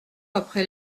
après